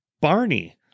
Barney